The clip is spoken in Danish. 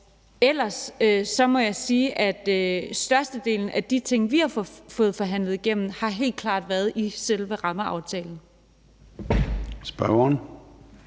Ellers må jeg sige, at størstedelen af de ting, vi har fået forhandlet igennem, helt klart har været inden for selve rammeaftalen. Kl.